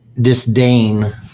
disdain